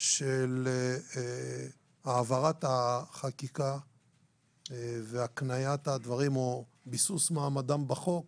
של העברת החקיקה והקניית הדברים או ביסוס מעמדם בחוק,